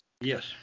Yes